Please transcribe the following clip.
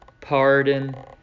pardon